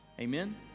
Amen